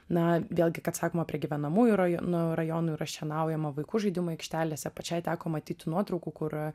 na vėlgi kad sakoma prie gyvenamųjų rajonų rajonų yra šienaujama vaikų žaidimų aikštelėse pačiai teko matyti nuotraukų kur